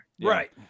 Right